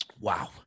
wow